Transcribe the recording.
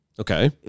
Okay